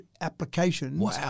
applications